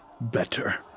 better